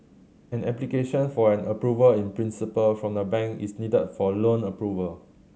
an application for an Approval in Principle from the bank is needed for loan approval